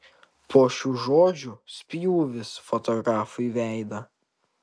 po šių žodžių spjūvis fotografui veidą